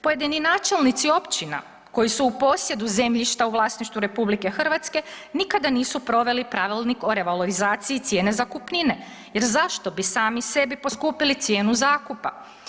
Pojedini načelnici općina koji su u posjedu zemljišta u vlasništvu RH nikada nisu proveli pravilnik o revalorizaciji cijene zakupnine jer zašto bi sami sebi poskupili cijenu zakupa.